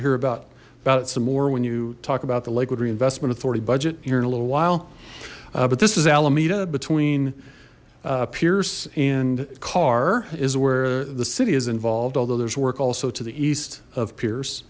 hear about about it some more when you talk about the lakewood reinvestment authority budget here in a little while but this is alameda between pearce and car is where the city is involved although there's work also to the east of pier